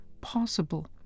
possible